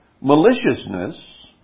maliciousness